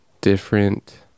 different